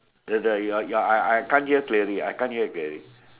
the the ya ya I I can't hear clearly I can't hear clearly